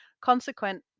consequent